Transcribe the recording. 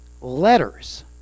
letters